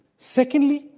secondly,